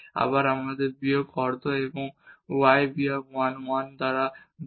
আবার আমাদের minus half y বিয়োগ 1 1 বাই 2 হবে